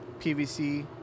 PVC